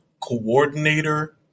coordinator